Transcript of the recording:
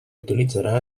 utilitzarà